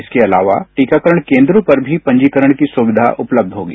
इसके अलावा टीकाकरण केन्द्रों पर मी पंजीकरण की सुविधा उपलब्ध होगी